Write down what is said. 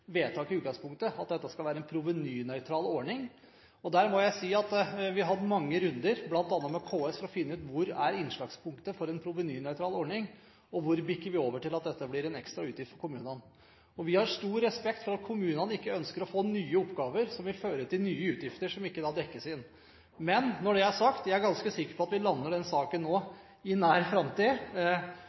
vedtak i utgangspunktet, at dette skal være en provenynøytral ordning. Der må jeg si at vi har hatt mange runder, bl.a. med KS, for å finne ut hvor innslagspunktet for en provenynøytral ordning er, og hvor det bikker over til å bli en ekstra utgift for kommunene. Vi har stor respekt for at kommunene ikke ønsker å få nye oppgaver som vil føre til nye utgifter som ikke dekkes inn. Når det er sagt, er jeg ganske sikker på at vi lander den saken nå i nær framtid.